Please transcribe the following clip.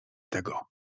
tego